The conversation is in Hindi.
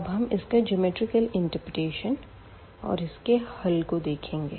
अब हम इसका ज्योमैट्रिकल इंटरप्रिटेशन और इसके हल को देखेंगे